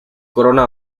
corona